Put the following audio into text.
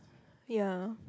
ya